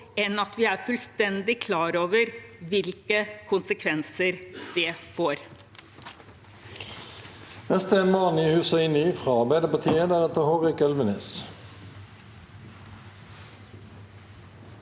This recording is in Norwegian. enn at vi er fullstendig klar over hvilke konsekvenser det får.